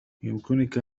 يمكنك